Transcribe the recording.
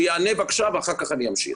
שיענה, בבקשה, ואחר כך אני אמשיך.